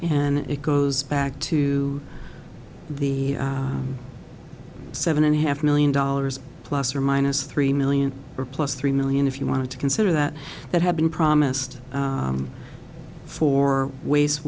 and it goes back to the seven and a half million dollars plus or minus three million or plus three million if you want to consider that that had been promised for waste